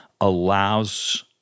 allows